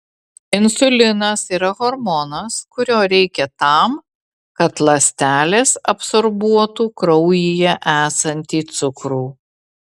insulinas yra hormonas kurio reikia tam kad ląstelės absorbuotų kraujyje esantį cukrų